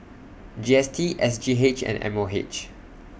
G S T S G H and M O H